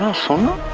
humble